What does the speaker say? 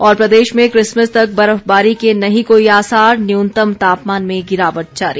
और प्रदेश में क्रिसमस तक बर्फबारी के नहीं कोई आसार न्यूनतम तापमान में गिरावट जारी